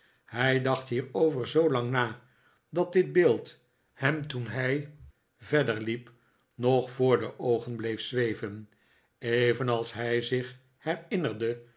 hij dacrjt hierover zoolang na dat dit beeld hem toen hij verder liep nog voor de oogen bleef zweven evenals hij zich herinnerde